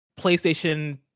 PlayStation